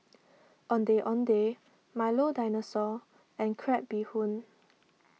Ondeh Ondeh Milo Dinosaur and Crab Bee Hoon